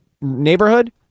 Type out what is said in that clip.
neighborhood